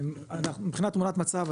אנחנו מבחינת תמונת מצב,